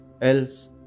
else